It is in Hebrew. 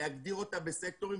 להגדיר אותה בסקטורים,